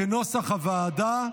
כנוסח הוועדה.